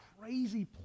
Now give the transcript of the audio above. crazy